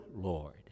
Lord